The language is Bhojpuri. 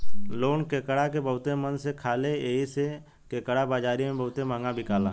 लोग केकड़ा के बहुते मन से खाले एही से केकड़ा बाजारी में बहुते महंगा बिकाला